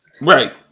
Right